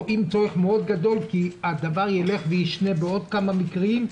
רואים צורך מאוד גדול כי הדבר ישנה בעוד כמה מקרים.